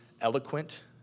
eloquent